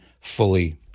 fully